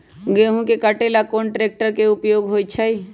गेंहू के कटे ला कोंन ट्रेक्टर के उपयोग होइ छई?